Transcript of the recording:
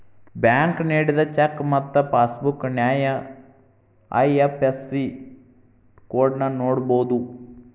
bank ನೇಡಿದ cheque ಮತ್ತ passbook ನ್ಯಾಯ ಐ.ಎಫ್.ಎಸ್.ಸಿ ಕೋಡ್ನ ನೋಡಬೋದು